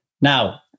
Now